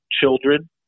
children